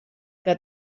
que